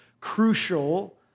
crucial